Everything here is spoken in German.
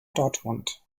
dortmund